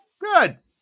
Good